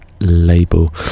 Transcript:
label